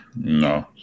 No